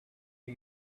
are